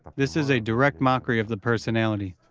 this is a direct mockery of the personality.